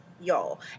y'all